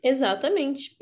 Exatamente